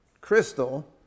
crystal